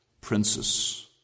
princes